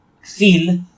feel